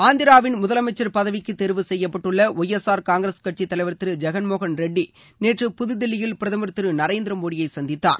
ஆந்திராவின் முதலமைச்சர் பதவிக்கு தேர்வு செய்யப்பட்டுள்ள ஓய் எஸ் ஆர் காங்கிரஸ் கட்சித் தலைவர் திரு ஜெகன் மோகன் ரெட்டி நேற்று புதுதில்லியல் பிரதமர் திரு நரேந்திரமோடியை சந்தித்தார்